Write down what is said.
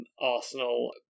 Arsenal